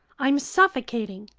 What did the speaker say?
i'm suffocating!